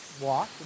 walk